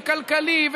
וכלכלי,